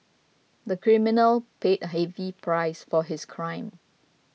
the criminal paid a heavy price for his crime